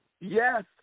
Yes